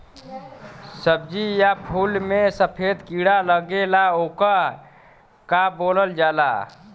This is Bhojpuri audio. सब्ज़ी या फुल में सफेद कीड़ा लगेला ओके का बोलल जाला?